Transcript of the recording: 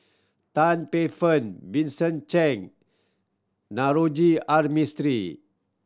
Tan Paey Fern Vincent Cheng Naroji R Mistri